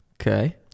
Okay